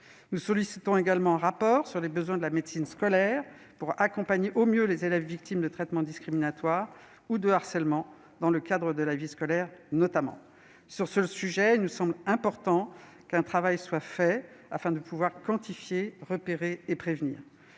Nous sollicitons également un rapport sur les besoins de la médecine scolaire pour accompagner au mieux les élèves victimes de traitements discriminatoires ou de harcèlement, notamment dans le cadre de la vie scolaire. Sur ce sujet, il nous semble important qu'un travail soit mené, afin de pouvoir quantifier, repérer et prévenir.